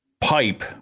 pipe